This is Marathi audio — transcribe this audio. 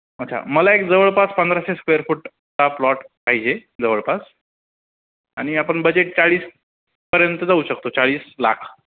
अच्छा मला एक जवळपास पंधराशे स्क्वेअर फूट चा प्लॉट पाहिजे जवळपास आणि आपण बजेट चाळीसपर्यंत जाऊ शकतो चाळीस लाख